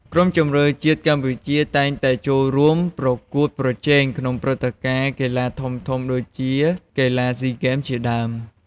ក្រុមជម្រើសជាតិកម្ពុជាតែងតែចូលរួមប្រកួតប្រជែងក្នុងព្រឹត្តិការណ៍កីឡាធំៗដូចជា កីឡាស៊ីហ្គេម ជាដើម។